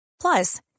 Plus